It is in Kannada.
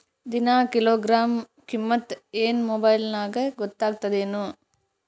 ದಿನಾ ಕಿಲೋಗ್ರಾಂ ಕಿಮ್ಮತ್ ಏನ್ ಮೊಬೈಲ್ ನ್ಯಾಗ ಗೊತ್ತಾಗತ್ತದೇನು?